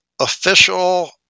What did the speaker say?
official